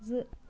زٕ